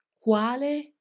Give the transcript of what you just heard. quale